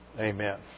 Amen